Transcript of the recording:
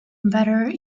better